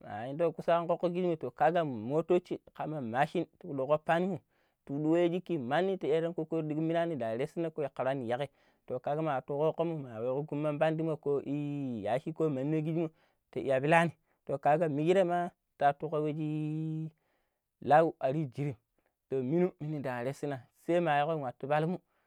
mayinda kusan koƙƙo kigime to ko toche kam mashin koh tulugo panyim tuluijiki maanyi teyirokoin mirani darei sinai ko ma ɓandyi yaggai to kagoma atutokamun muraro kuram ɓandi ma koii yashi kijimo taiya ɓelani to kaga mijiren ma taoyuka wujii lawo ari njirim pe minum nda rasina seyamagon wukatubulum.